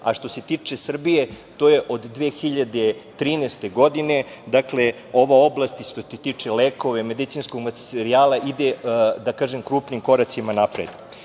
a što se tiče Srbije, to je od 2013. godine, dakle, ova oblast što se tiče lekova i medicinskog materijala ide krupnim koracima napred. Evo,